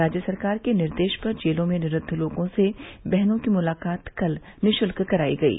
राज्य सरकार के निर्देश पर जेलों में निरूद्व लोगों से बहनों की मुलाकात कल निःशुल्क करायी गयी